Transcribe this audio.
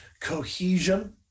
cohesion